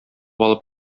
алып